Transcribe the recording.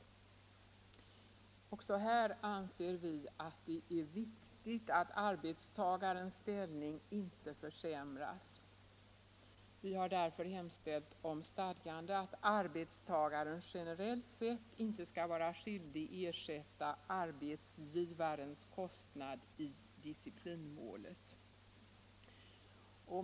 verksamhet Även här anser vi att det är viktigt att arbetstagarens ställning inte försämras. Vi har därför hemställt om stadgande att arbetstagaren generellt sett inte skall vara skyldig ersätta arbetsgivarens kostnad i disciplinmålet.